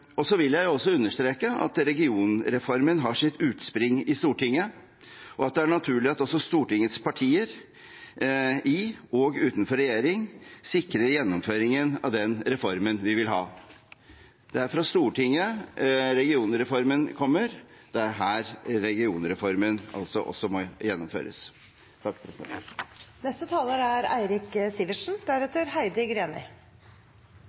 Så vil jeg også understreke at regionreformen har sitt utspring i Stortinget, og at det er naturlig at også Stortingets partier – i og utenfor regjering – sikrer gjennomføringen av den reformen vi vil ha. Det er fra Stortinget regionreformen kommer – det er her regionreformen også må gjennomføres. Jeg tror jeg skal våge påstanden at det ikke bare er